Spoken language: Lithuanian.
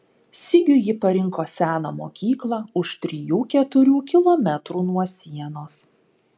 sigiui ji parinko seną mokyklą už trijų keturių kilometrų nuo sienos